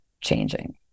changing